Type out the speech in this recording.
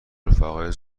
رفقای